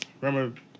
remember